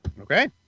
Okay